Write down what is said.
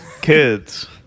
Kids